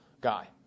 guy